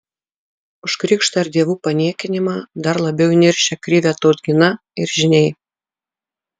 už krikštą ir dievų paniekinimą dar labiau įniršę krivė tautgina ir žyniai